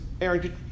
Aaron